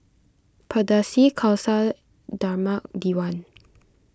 Pardesi Khalsa Dharmak Diwan